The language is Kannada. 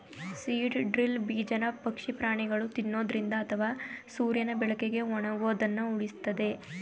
ಸೀಡ್ ಡ್ರಿಲ್ ಬೀಜನ ಪಕ್ಷಿ ಪ್ರಾಣಿಗಳು ತಿನ್ನೊದ್ರಿಂದ ಅಥವಾ ಸೂರ್ಯನ ಬೆಳಕಿಗೆ ಒಣಗೋದನ್ನ ಉಳಿಸ್ತದೆ